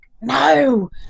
no